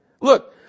Look